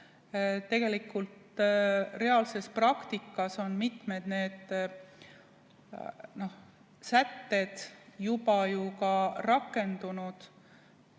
Tegelikult reaalses praktikas on mitmed sätted juba ka rakendunud